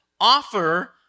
offer